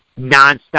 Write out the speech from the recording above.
nonstop